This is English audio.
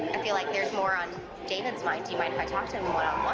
feel like there's more on david's mind. do you mind if i talk to him